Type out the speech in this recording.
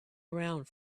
around